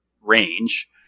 range